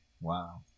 Wow